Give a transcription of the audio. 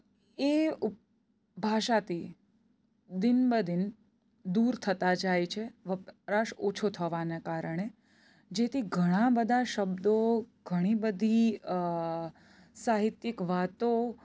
એ ભાષાથી દીન બદીન દૂર થતા જાય છે વપરાશ ઓછો થવાના કારણે જેથી ઘણા બધા શબ્દો ઘણી બધી સાહિત્યિક વાતો